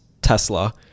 Tesla